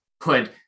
put